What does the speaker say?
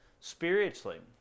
spiritually